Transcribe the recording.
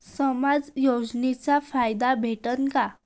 समाज योजनेचा फायदा भेटन का?